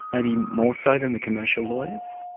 maybe more-so than the commercial lawyers?